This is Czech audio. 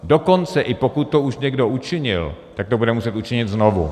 Dokonce i pokud to už někdo učinil, tak to bude muset učinit znovu.